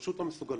פשוט לא מסוגלות.